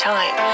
Time